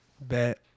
Bet